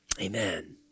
Amen